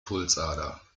pulsader